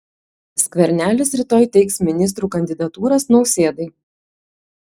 skvernelis rytoj teiks ministrų kandidatūras nausėdai